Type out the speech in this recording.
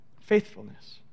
Faithfulness